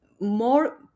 more